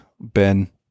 Ben